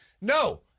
No